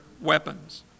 weapons